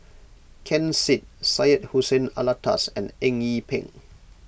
Ken Seet Syed Hussein Alatas and Eng Yee Peng